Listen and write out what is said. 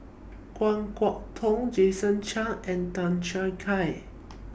Kan Kwok Toh Jason Chan and Tan Choo Kai